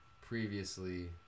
previously